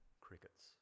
Crickets